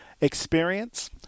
Experience